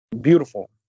beautiful